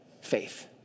faith